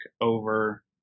over